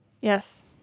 Yes